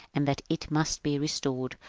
and that it must be restored.